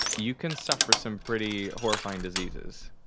you can suffer some pretty horrifying diseases.